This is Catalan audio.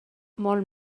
molt